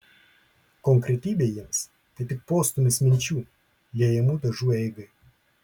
konkretybė jiems tai tik postūmis minčių liejamų dažų eigai